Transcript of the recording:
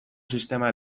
sistema